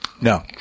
No